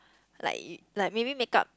like like maybe make-up